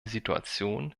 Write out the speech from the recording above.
situation